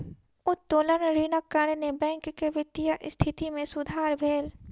उत्तोलन ऋणक कारणेँ बैंक के वित्तीय स्थिति मे सुधार भेल